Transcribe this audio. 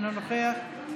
אינו נוכח,